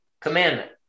commandment